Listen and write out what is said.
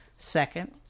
Second